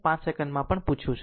5 સેકંડમાં પણ પૂછ્યું છે